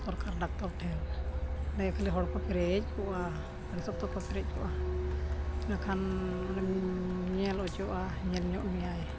ᱥᱚᱨᱠᱟᱨ ᱰᱟᱠᱛᱚᱨ ᱴᱷᱮᱱ ᱚᱸᱰᱮ ᱠᱷᱟᱹᱞᱤ ᱦᱚᱲ ᱠᱚ ᱯᱮᱨᱮᱡ ᱠᱚᱜᱼᱟ ᱟᱹᱰᱤ ᱥᱚᱠᱛᱚ ᱠᱚ ᱯᱮᱨᱮᱡ ᱠᱚᱜᱼᱟ ᱤᱱᱟᱹᱠᱷᱟᱱ ᱚᱸᱰᱮᱢ ᱧᱮᱞ ᱦᱚᱪᱚᱜᱼᱟ ᱧᱮᱞᱧᱚᱜ ᱢᱮᱭᱟᱭ